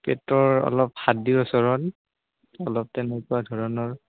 পেটৰ অলপ হাৰ্দি ওচৰত অলপ তেনেকুৱা ধৰণৰ